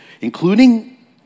including